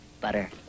Butter